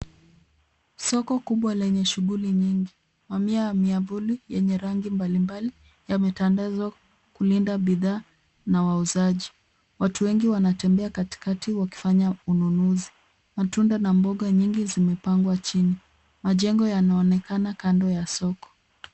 Soko kubwa lenye shughuli nyingi. Mamia ya miavuli yenye rangi mbalimbali yametandazwa kulinda bidhaa na wauzaji. Watu wengi wanatembea katikati wakifanya ununuzi. Matunda na mboga nyingi zimepangwa chini. Majengo yanaonekana kando ya soko.